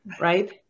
right